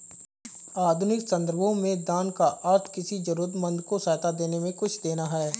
आधुनिक सन्दर्भों में दान का अर्थ किसी जरूरतमन्द को सहायता में कुछ देना है